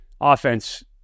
offense